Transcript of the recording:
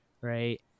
right